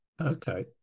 okay